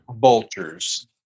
vultures